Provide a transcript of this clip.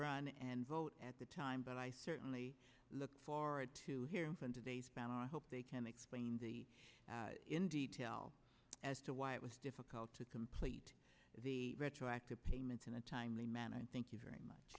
run and vote at the time but i certainly look forward to hearing from today's fan and i hope they can explain the in detail as to why it was difficult to complete the retroactive payments in a timely manner and thank you very much